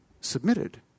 submitted